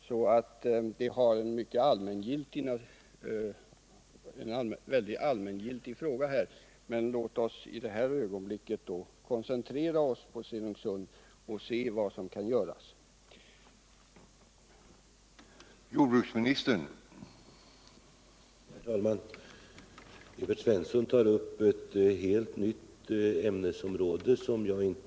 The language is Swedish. Det här är alltså en mycket allmängiltig fråga, men låt oss i det här ögonblicket koncentrera oss på Stenungsund och se vad som kan göras där.